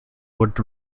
would